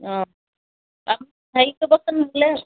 অঁ তাত হেৰি কৰিবচোন মোলৈ